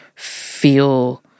feel